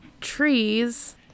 trees